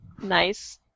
Nice